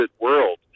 world